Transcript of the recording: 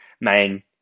main